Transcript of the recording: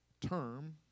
term